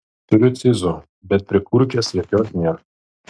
turiu cyzų bet prikurkės jokios nėr